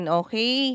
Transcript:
okay